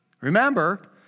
Remember